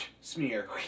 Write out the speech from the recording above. smear